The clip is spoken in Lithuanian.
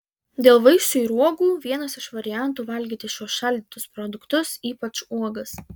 dėl vaisių ir uogų vienas iš variantų valgyti šiuos šaldytus produktus ypač uogas